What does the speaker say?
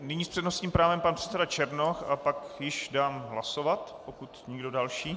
Nyní s přednostním právem pan předseda Černoch a pak již dám hlasovat, pokud nikdo další.